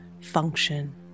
function